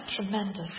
tremendous